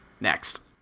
Next